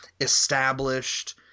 established